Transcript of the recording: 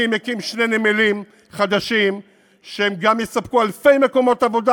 אני מקים שני נמלים חדשים שגם יספקו אלפי מקומות עבודה.